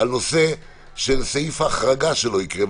על נושא סעיף ההחרגה שלא יקרה.